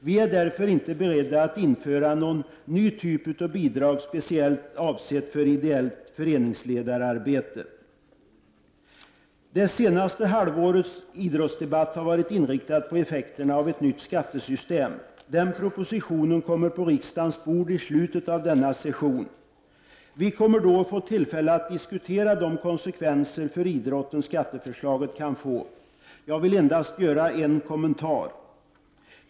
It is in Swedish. Vi är därför inte beredda att införa någon ny typ av bidrag speciellt avsett för ideellt föreningsledararbete. Det senaste halvårets idrottsdebatt har varit inriktad på effekterna av ett nytt skattesystem. Den propositionen kommer på riksdagens bord i slutet av denna session. Vi kommer då att få tillfälle att diskutera de konsekvenser skatteförslaget kan få för idrotten. Jag vill endast göra en kommentar.